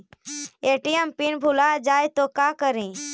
ATM PIN भुला जाए तो का करी?